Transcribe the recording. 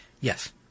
Yes